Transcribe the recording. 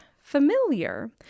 familiar